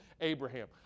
Abraham